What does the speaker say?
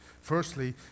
Firstly